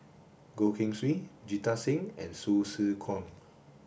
Goh Keng Swee Jita Singh and Hsu Tse Kwang